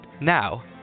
Now